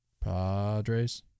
Padres